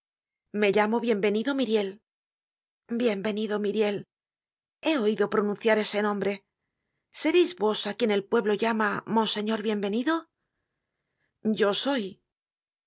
me llamo bienvenido myriel bienvenido myriel he oido pronunciar ese nombre sereis vos ese á quien el pueblo llama monseñor bienvenido yo soy